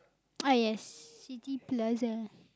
ah yes City-Plaza